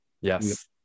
Yes